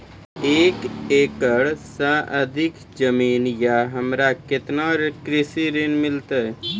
एक एकरऽ से अधिक जमीन या हमरा केतना कृषि ऋण मिलते?